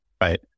Right